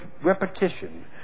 repetition